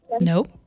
Nope